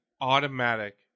automatic